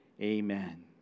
Amen